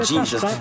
Jesus